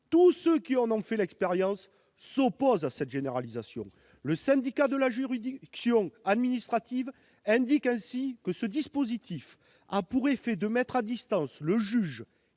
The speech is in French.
tous ceux qui ont fait l'expérience de la visioconférence s'opposent à sa généralisation. Le syndicat de la juridiction administrative indique ainsi que ce dispositif a pour effet de mettre à distance le juge